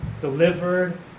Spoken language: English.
delivered